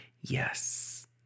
Yes